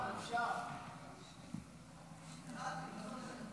תודה